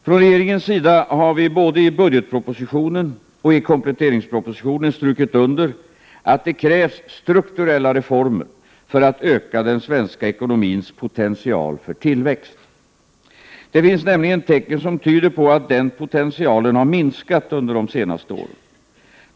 Från regeringens sida har vi både i budgetpropositionen och i kompletteringspropositionen strukit under att det krävs strukturella reformer för att öka den svenska ekonomins potential för tillväxt. Det finns nämligen tecken som tyder på att denna potential har minskat under de senaste åren.